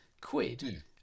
quid